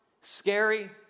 scary